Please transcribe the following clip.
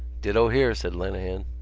ditto here, said lenehan.